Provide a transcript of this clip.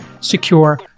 secure